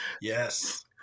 Yes